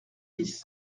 dix